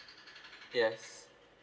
yes